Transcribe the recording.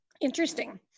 Interesting